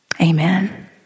Amen